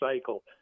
cycle